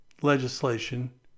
legislation